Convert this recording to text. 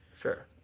sure